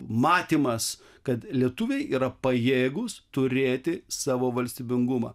matymas kad lietuviai yra pajėgūs turėti savo valstybingumą